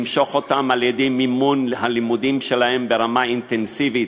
למשוך אותם על-ידי מימון הלימודים שלהם ברמה אינטנסיבית,